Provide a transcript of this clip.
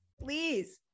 please